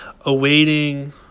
awaiting